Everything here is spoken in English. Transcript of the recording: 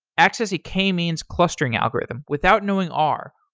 access a k-means clustering algorithm without knowing r,